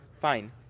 Fine